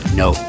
no